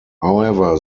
however